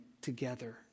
together